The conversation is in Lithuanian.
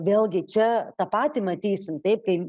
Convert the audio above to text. vėlgi čia tą patį matysim taip kai